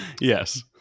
Yes